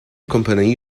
kompanie